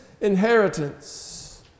inheritance